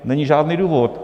Není žádný důvod.